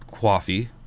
coffee